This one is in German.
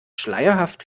schleierhaft